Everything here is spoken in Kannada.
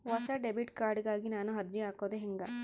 ಹೊಸ ಡೆಬಿಟ್ ಕಾರ್ಡ್ ಗಾಗಿ ನಾನು ಅರ್ಜಿ ಹಾಕೊದು ಹೆಂಗ?